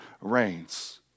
reigns